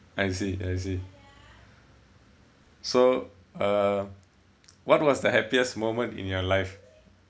I see I see so uh what was the happiest moment in your life